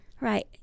Right